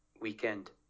weekend